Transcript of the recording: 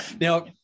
now